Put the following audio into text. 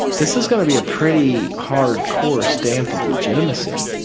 this is going to be a pretty hardcore stamp of legitimacy.